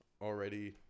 already